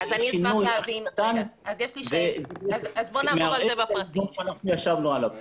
כל שינוי קטן מערער את האיזון שאנחנו ישבנו עליו.